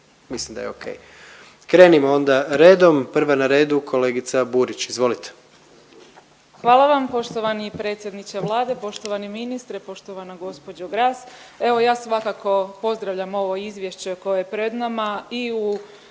mislim da je o.k. Krenimo onda redom. Prva na redu kolegica Burić, izvolite. **Burić, Majda (HDZ)** Hvala vam poštovani predsjedniče Vlade, poštovani ministre, poštovana gospođo Gras. Evo ja svakako pozdravljam ovo izvješće koje je pred nama